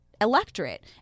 electorate